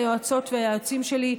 ליועצות וליועצים שלי,